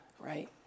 right